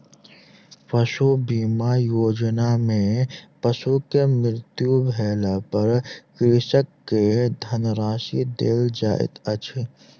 पशु बीमा योजना में पशु के मृत्यु भेला पर कृषक के धनराशि देल जाइत अछि